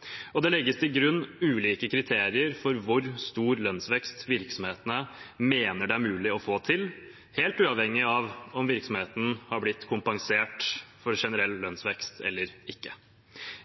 viktig. Det legges til grunn ulike kriterier for hvor stor lønnsvekst virksomhetene mener det er mulig å få til, helt uavhengig av om virksomheten har blitt kompensert for generell lønnsvekst eller ikke.